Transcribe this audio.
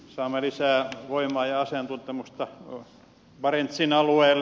saamme lisää voimaa ja asiantuntemusta barentsin alueelle